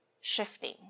shifting